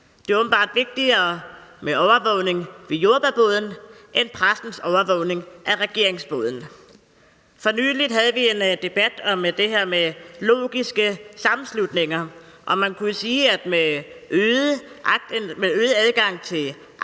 Det er åbenbart vigtigere med overvågning ved jordbærboden end pressens overvågning af regeringsboden. For nylig havde vi en debat om det her med logiske sammenslutninger, og man kunne sige, at med øget adgang til